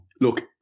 look